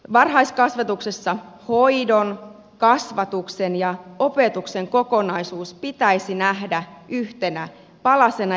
varhaiskasvatuksessa hoidon kasvatuksen ja opetuksen kokonaisuus pitäisi nähdä yhtenä palasena